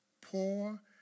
poor